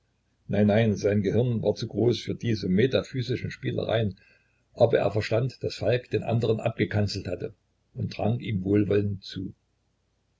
nein nein sein gehirn war zu groß für diese metaphysischen spielereien aber er verstand daß falk den anderen abgekanzelt hatte und trank ihm wohlwollend zu